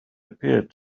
appeared